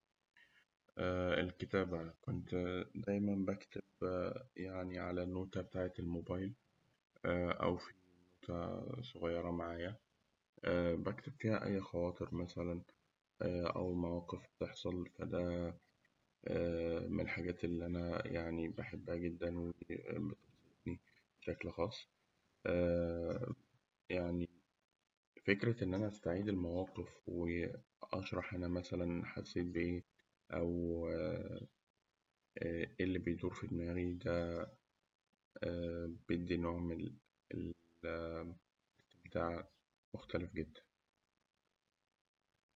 الكتابة، كنت دايماً بكتب يعني على النوتة بتاعة الموبايل أو في نوتة صغيرة معايا، بكتب فيها أي خواطر مثلاً، أو مواقف بتحصل فده من الحاجات اللي يعني أنا بحبها جداً و بشكل خاص. يعني فكرة إن أنا أستعيد المواقف وأشرح هنا مثلاً حسيت بإيه؟ أو إيه اللي بيدور في دماغي؟ بيدي نوع من المتعة مختلف جداً.